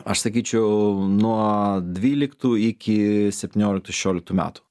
aš sakyčiau nuo dvyliktų iki septynioliktų šešioliktų metų